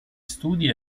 studi